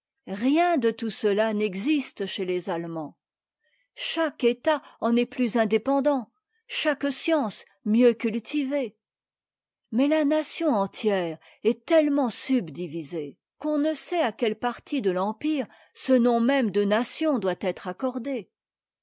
rien de tout cela n'existe chez les allemands chaque état en est plus indépendant chaque science mieux cultivée mais la nation entière est tellement subdivisée qu'on ne sait à quelle partie de l'empire ce nom même de nation doit être accordé